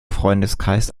freundeskreis